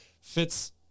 fits